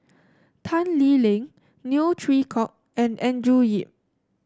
Tan Lee Leng Neo Chwee Kok and Andrew Yip